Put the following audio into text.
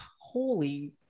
holy